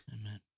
Amen